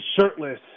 shirtless